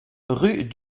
rue